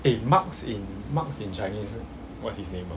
eh marx in marx in chinese what's his name